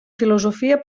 filosofia